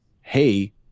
hey